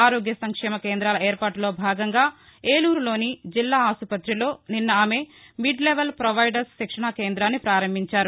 ఆరోగ్య సంక్షేమ కేందాల ఏర్పాటులో భాగంగా ఏలూరులోని జిల్లా ఆసుపత్రిలో నిన్న ఆమె మిడ్ లెవల్ ప్రొవైదర్స్ శిక్షణా కేంద్రాన్ని ప్రారంభించారు